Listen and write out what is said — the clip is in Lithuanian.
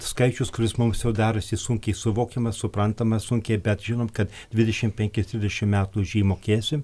skaičius kuris mums jau darosi sunkiai suvokiamas suprantamas sunkiai bet žinant kad dvidešimt penkis dvidešim metų už jį mokėsiu